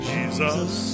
Jesus